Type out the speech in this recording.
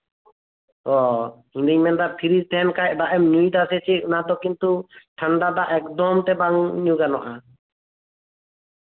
ᱚ ᱤᱧᱤᱧ ᱢᱮᱱᱫᱟ ᱯᱷᱨᱤᱡ ᱨᱮᱱᱟᱜ ᱫᱟᱜ ᱮᱢ ᱧᱩᱭ ᱫᱟᱥᱮ ᱪᱮᱫ ᱚᱱᱟ ᱫᱚ ᱠᱤᱱᱛᱩ ᱴᱷᱟᱱᱰᱟ ᱫᱟᱜ ᱮᱠᱫᱚᱢ ᱛᱮ ᱵᱟᱝ ᱧᱩ ᱜᱟᱱᱚᱜᱼᱟ